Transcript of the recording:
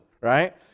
right